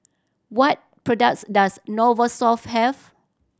what products does Novosource have